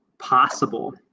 possible